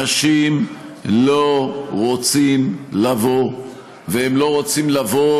אנשים לא רוצים לבוא,